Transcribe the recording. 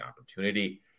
opportunity